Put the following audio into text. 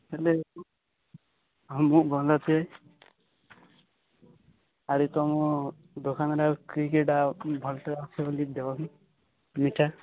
ହେଲେ ହଁ ମୁଁ ଭଲ ଅଛି ଆରେ ତୁମ ଦୋକାନରେ କି କି ଟା ଭଲଟେ ଅଛି ମିଠା